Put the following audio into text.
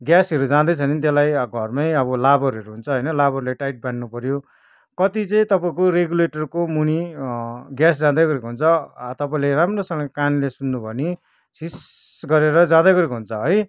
ग्यासहरू जाँदैछ भने त्यसलाई घरमै अब लाबरहरू हुन्छ होइन लाबरले टाइट बान्नु पऱ्यो कति चाहिँ तपाईँको रेगुलेटरको मुनि ग्यास जाँदै गरेको हुन्छ तपाईँले राम्रोसँग कानले सुन्नु भयो भने छिससस् गरेर जाँदै गरेको हुन्छ है